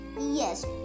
Yes